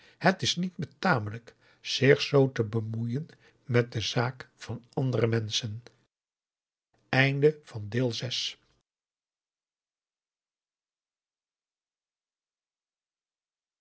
het is niet betamelijk zich zoo te bemoeien met de zaak van andere menschen